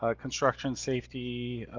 ah construction safety,